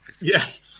Yes